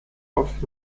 oft